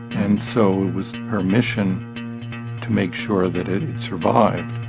and so it was her mission to make sure that it survived